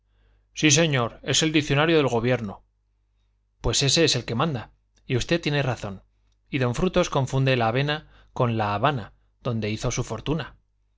sí señor es el diccionario del gobierno pues ese es el que manda y usted tiene razón y don frutos confunde la avena con la habana donde hizo su fortuna